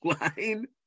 line